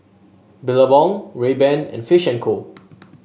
Billabong Rayban and Fish and Co